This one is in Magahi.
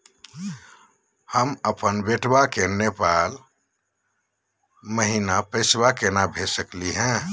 हम अपन बेटवा के नेपाल महिना पैसवा केना भेज सकली हे?